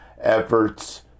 efforts